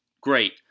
great